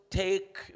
take